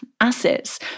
assets